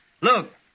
Look